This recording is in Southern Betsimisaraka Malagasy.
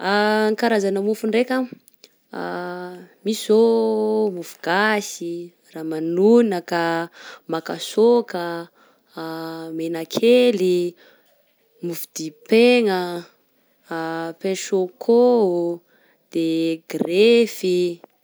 Karazana mofo ndraiky misy zô mofo gasy, ramanonaka, makasaoka, menakely, mofo dipegna pain choco, de grefy.